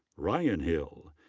ryan hill.